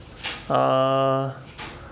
uh